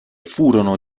furono